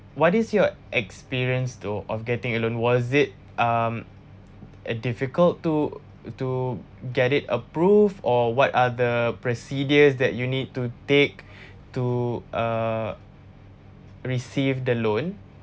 what is your experience though of getting a loan was it um a difficult to to get it approved or what are the procedures that you need to take to uh receive the loan